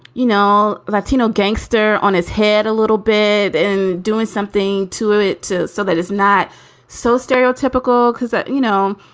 you know, latino gangster on his head a little bit and doing something to it so that is not so stereotypical because, ah you know,